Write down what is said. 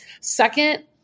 Second